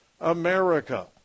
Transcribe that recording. America